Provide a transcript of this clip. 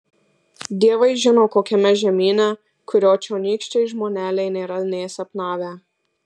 dievai žino kokiame žemyne kurio čionykščiai žmoneliai nėra nė sapnavę